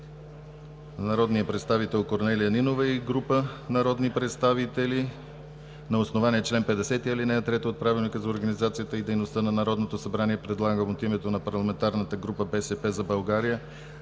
народния представител Корнелия Нинова и група народни представители. На основание чл. 50, ал. 3 от Правилника за организацията и дейността на Народното събрание предлагам от името на Парламентарната група “БСП за България”